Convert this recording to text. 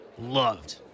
loved